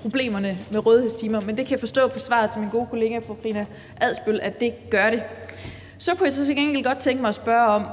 problemerne med rådighedstimer, men det kan jeg forstå på svaret til min gode kollega fru Karina Adsbøl at det gør. Så kunne jeg til gengæld godt tænke mig at spørge, om